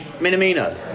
Minamino